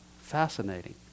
fascinating